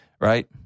right